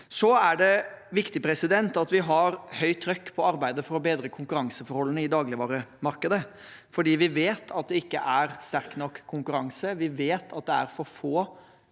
Så er det viktig at vi har høyt trykk på arbeidet for å bedre konkurranseforholdene i dagligvaremarkedet, for vi vet at det ikke er sterk nok konkurranse, vi vet at det er for få